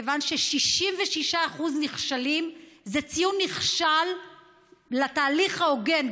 כיוון ש-66% נכשלים זה ציון נכשל לתהליך ההוגן,